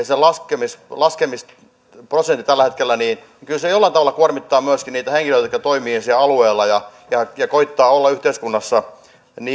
se maanpuolustustahdon laskemisprosentti tällä hetkellä kyllä jollain tavalla kuormittaa myöskin niitä henkilöitä jotka toimivat siellä alueella ja ja koettavat yhteiskunnassa